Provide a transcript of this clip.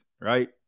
right